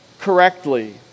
correctly